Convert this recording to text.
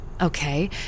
Okay